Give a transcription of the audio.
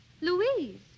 Louise